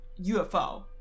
ufo